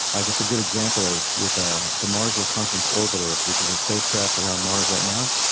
i guess a good example is with ah the mars reconnaissance orbiter, which is a spacecraft around mars right now.